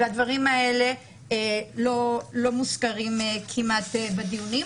והדברים האלה לא מוזכרים כמעט בדיונים.